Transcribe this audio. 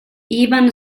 ivan